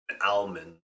almond